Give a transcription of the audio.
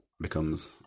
becomes